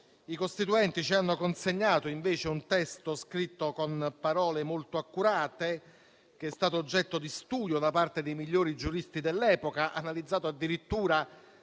i costituenti ci hanno consegnato un testo scritto con parole molto accurate, che è stato oggetto di studio da parte dei migliori giuristi dell'epoca, analizzato addirittura